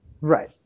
Right